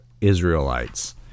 Israelites